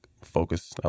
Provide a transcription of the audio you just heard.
focus